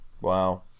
Wow